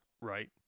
right